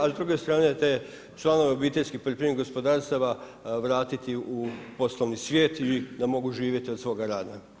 A s druge strane te članove obiteljskih poljoprivrednih gospodarstava vratiti u poslovni svijet i da mogu živjeti od svoga rada.